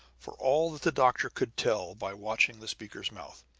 for all that the doctor could tell by watching the speaker's mouth,